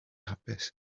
hapus